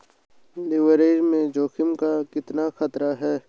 Leverage में जोखिम का कितना खतरा है?